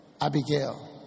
Abigail